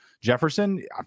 Jefferson